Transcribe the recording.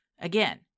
Again